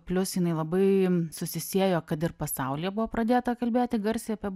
plius jinai labai susisiejo kad ir pasaulyje buvo pradėta kalbėti garsiai apie